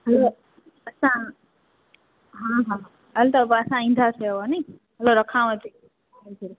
ह असां हा हा हल त पोइ असां ईंदासि होवनि हलो रखाव थी